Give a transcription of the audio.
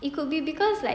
it could be cause like